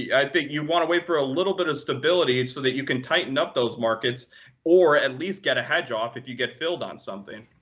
i think you want to wait for a little bit of stability and so that you can tighten up those markets or at least get a hedge off if you get filled on something.